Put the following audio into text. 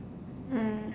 mm